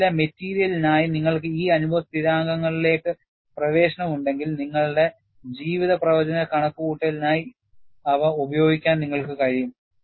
പഠനത്തിലെ മെറ്റീരിയലിനായി നിങ്ങൾക്ക് ഈ അനുഭവ സ്ഥിരാങ്കങ്ങളിലേക്ക് പ്രവേശനം ഉണ്ടെങ്കിൽ നിങ്ങളുടെ ജീവിത പ്രവചന കണക്കുകൂട്ടലിനായി അവ ഉപയോഗിക്കാൻ നിങ്ങൾക്ക് കഴിയും